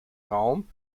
raum